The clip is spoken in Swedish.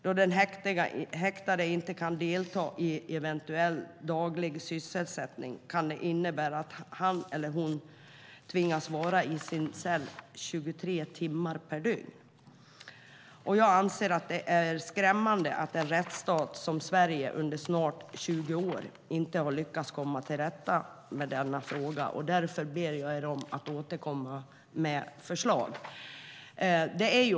Då den häktade inte kan delta i eventuell daglig sysselsättning kan det innebära att han eller hon tvingas vara i sin cell 23 timmar per dygn. Jag anser att det är skrämmande att en rättsstat som Sverige under snart 20 år inte har lyckats komma till rätta med denna fråga. Därför ber jag regeringen att återkomma med förslag.